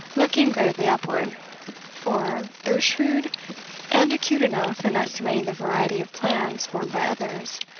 looking gravely upward for, though shrewd and acute enough in estimating the variety of plans formed by others,